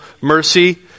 mercy